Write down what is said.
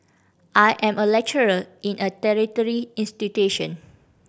I am a lecturer in a tertiary institution